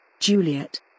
Juliet